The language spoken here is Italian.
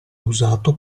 usato